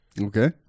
Okay